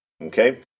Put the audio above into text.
okay